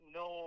no